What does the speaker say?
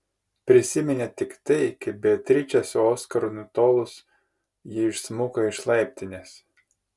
prisiminė tik tai kaip beatričei su oskaru nutolus ji išsmuko iš laiptinės